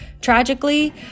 tragically